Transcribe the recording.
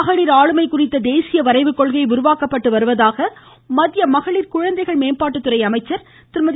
மகளிர் ஆளுமை குறித்த தேசிய வரைவு கொள்கை உருவாக்கப்பட்டு வருவதாக மத்திய மகளிர் குழந்தைகள் மேம்பாட்டுத்துறை அமைச்சர் திருமதி